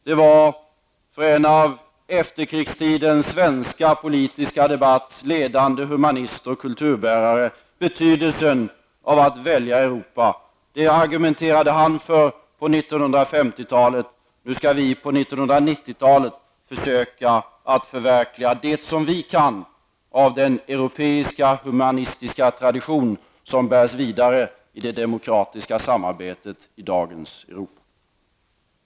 Detta var betydelsen av att välja Europa för en av efterkrigstidens svenska politiska debatts ledande humanister och kulturbärare. Det argumenterade han för på 1950-talet. Nu skall vi på 1990-talet försöka att förverkliga det vi kan av den europeiska humanistiska tradition som bärs vidare i det demokratiska samarbetet i dagens Europa.